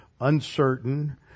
uncertain